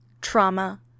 trauma